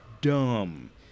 dumb